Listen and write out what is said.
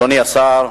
אדוני השר,